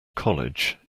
college